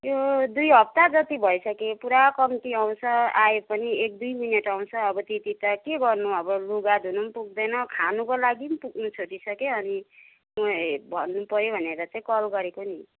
यो दुई हप्ता जति भइसक्यो यो पूरा कम्ति आउँछ आए पनि एक दुई मिनेट आउँछ अब त्यति त के गर्नु अब लुगा धुनु पनि पुग्दैन खानुको लागि पनि पुग्नु छोडिसक्यो अनि ए भन्नु पऱ्यो भनेर चाहिँ कल गरेको नि